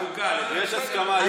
חוקה זה מצוין.